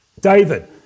David